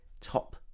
top